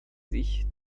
sich